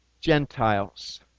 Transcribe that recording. Gentiles